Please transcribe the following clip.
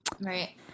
right